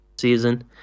season